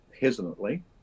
hesitantly